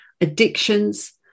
addictions